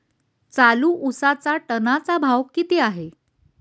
चालू उसाचा टनाचा भाव किती आहे?